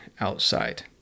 outside